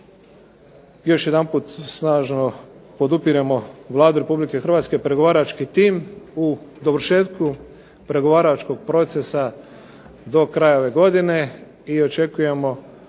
još jedanput snažno podupiremo Vladu Republike Hrvatske, pregovarački tim u dovršetku pregovaračkog procesa do kraja ove godine i očekujemo